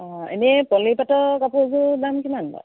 অঁ এনেই পলিপাটৰ কাপোৰযোৰ দাম কিমান বাৰু